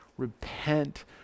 repent